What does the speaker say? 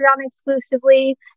exclusively